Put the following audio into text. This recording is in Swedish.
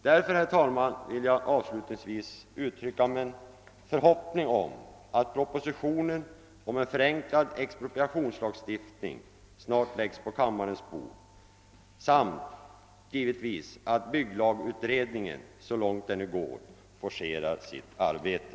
Därför, herr talman, vill jag avslutningsvis uttrycka min förhoppning om att propositionen om en förenklad expropriationslagstiftning snart läggs på kammarens bord samt att bygglagutredningen så långt möjligt forcerar sitt arbete.